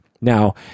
Now